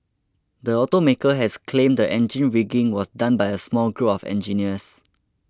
the automaker has claimed the engine rigging was done by a small group of engineers